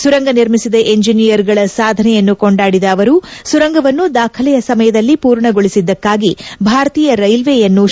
ಸುರಂಗ ನಿರ್ಮಿಸಿದ ಎಂಜಿನಿಯರಿಂಗ್ಗಳ ಸಾಧನೆಯನ್ನು ಕೊಂಡಾಡಿದ ಅವರು ಸುರಂಗವನ್ನು ದಾಖಲೆಯ ಸಮಯದಲ್ಲಿ ಪೂರ್ಣಗೊಳಿಸಿದ್ದಕ್ಕಾಗಿ ಭಾರತೀಯ ರೈಲ್ವೆಯನ್ನು ಶ್ಲಾಘಿಸಿದರು